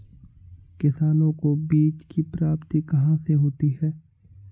किसानों को बीज की प्राप्ति कहाँ से होती है?